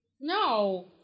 No